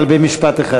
אבל במשפט אחד.